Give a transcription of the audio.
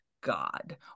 God